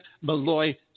Malloy